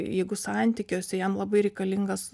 jeigu santykiuose jam labai reikalingas